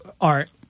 art